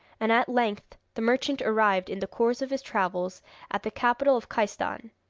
and at length the merchant arrived in the course of his travels at the capital of khaistan.